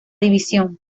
división